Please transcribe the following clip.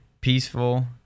peaceful